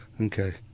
Okay